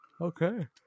Okay